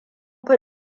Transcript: fi